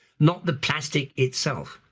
not the plastic itself.